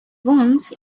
once